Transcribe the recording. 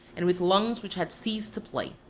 and with lungs which had ceased to play.